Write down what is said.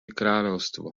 kráľovstvo